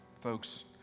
folks